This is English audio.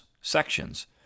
sections